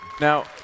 Now